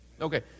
Okay